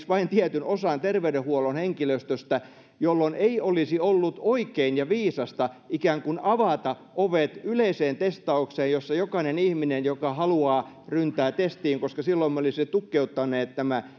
vain tietyn osan terveydenhuollon henkilöstöstä jolloin ei olisi ollut oikein ja viisasta ikään kuin avata ovia yleiseen testaukseen jossa jokainen ihminen joka haluaa ryntää testiin koska silloin me olisimme tukkeuttaneet